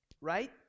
right